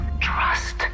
trust